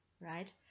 right